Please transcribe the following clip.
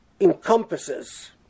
encompasses